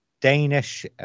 Danish